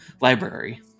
Library